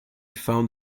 found